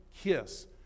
kiss